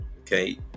okay